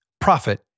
profit